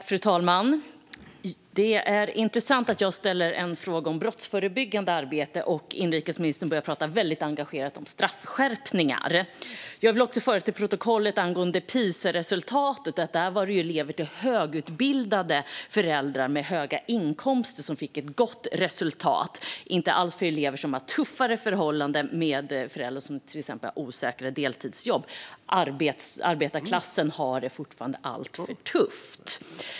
Fru talman! Det är intressant att jag ställer en fråga om brottsförebyggande arbete och att inrikesministern börjar prata väldigt engagerat om straffskärpningar. Jag vill också få fört till protokollet angående PISA-resultatet att det var elever som hade högutbildade föräldrar med höga inkomster som fick ett gott resultat, inte elever som hade tuffare förhållanden och föräldrar som till exempel hade osäkra deltidsjobb. Arbetarklassen har det fortfarande alltför tufft.